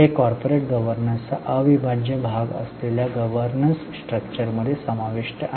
हे कॉर्पोरेट गव्हर्नन्सचा अविभाज्य भाग असलेल्या गव्हर्नन्स स्ट्रक्चरमध्ये समाविष्ट आहे